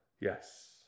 Yes